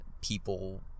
people